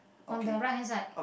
on the right hand side